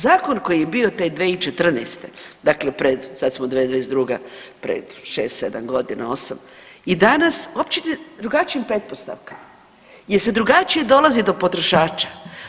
Zakon koji je bio te 2014., dakle pred sad smo 2022. pred šest, sedam godina, osam i danas uopće drugačijim pretpostavkama jer se drugačije dolazi do potrošača.